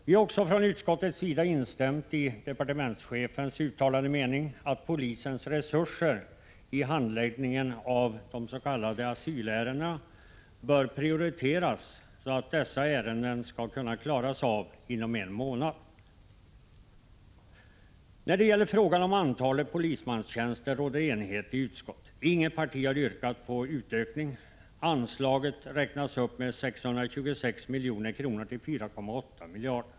Vi har också från utskottets sida instämt i departementschefens uttalade mening, att polisens resurser i handläggningen av de s.k. asylärendena bör prioriteras, så att dessa ärenden skall kunna klaras av inom en månad. När det gäller frågan om antalet polismanstjänster råder enighet i utskottet. Inget parti har yrkat på utökning. Anslaget räknas upp med 626 milj.kr. till 4,8 miljarder.